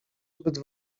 zbyt